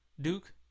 Duke